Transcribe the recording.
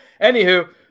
Anywho